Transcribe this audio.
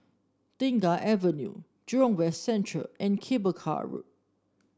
Tengah Avenue Jurong West Central and Cable Car Road